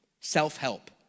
self-help